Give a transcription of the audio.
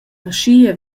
aschia